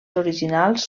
originals